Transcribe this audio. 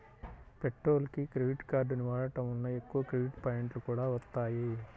పెట్రోల్కి క్రెడిట్ కార్డుని వాడటం వలన ఎక్కువ క్రెడిట్ పాయింట్లు కూడా వత్తాయి